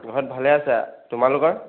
ঘৰত ভালে আছা তোমালোকৰ